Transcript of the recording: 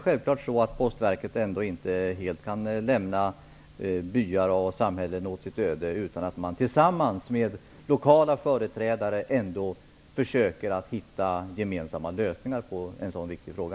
Självfallet kan Postverket inte helt lämna byar och samhällen åt sitt öde, utan tillsammans med lokala företrädare försöker man hitta gemensamma lösningar när det gäller denna viktiga fråga.